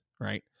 right